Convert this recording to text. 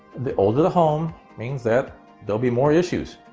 the older the home means that there'll be more issues.